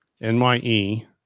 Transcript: NYE